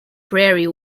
prairie